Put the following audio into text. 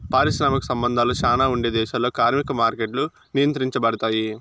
పారిశ్రామిక సంబంధాలు శ్యానా ఉండే దేశాల్లో కార్మిక మార్కెట్లు నియంత్రించబడుతాయి